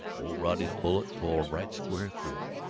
old roddy's bullet tore right square through it.